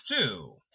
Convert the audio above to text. two